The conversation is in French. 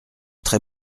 très